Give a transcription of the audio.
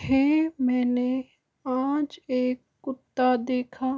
है मैंने आज एक कुत्ता देखा